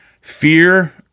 fear